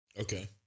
Okay